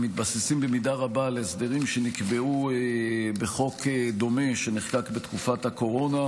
הם מתבססים במידה רבה על הסדרים שנקבעו בחוק דומה שנחקק בתקופת הקורונה,